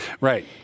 right